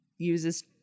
uses